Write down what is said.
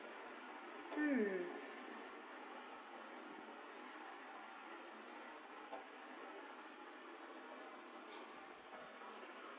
mm